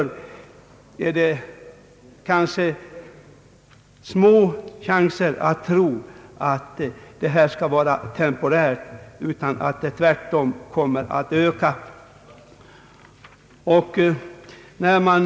Det är därför kanske små chanser att detta skulle vara någonting temporärt, och jag tror tvärtom att denna verksamhet kommer att öka.